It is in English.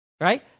Right